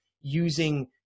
using